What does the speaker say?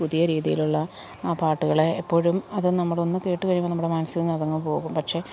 പുതിയ രീതിയിലുള്ള ആ പാട്ടുകളെ എപ്പോഴും അത് നമ്മൾ ഒന്ന് കേട്ട് കഴിയുമ്പോൾ നമ്മുടെ മനസ്സിൽ നിന്ന് അതങ്ങ് പോകും പക്ഷേ